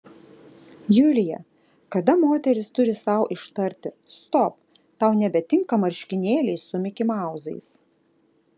julija kada moteris turi sau ištarti stop tau nebetinka marškinėliai su mikimauzais